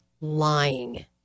lying